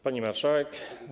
Pani Marszałek!